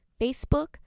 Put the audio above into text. Facebook